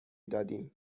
دادیم